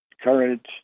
courage